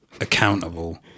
accountable